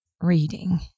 reading